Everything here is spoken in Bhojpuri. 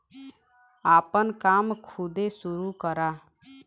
आपन काम खुदे सुरू करा